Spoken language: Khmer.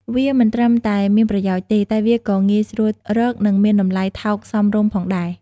វាមិនត្រឹមតែមានប្រយោជន៍ទេ តែវាក៏ងាយស្រួលរក និងមានតម្លៃថោកសមរម្យផងដែរ។